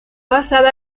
basada